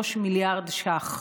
מיליארד ש"ח.